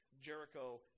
Jericho